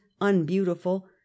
unbeautiful